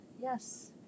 Yes